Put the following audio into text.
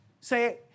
Say